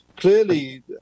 Clearly